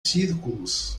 círculos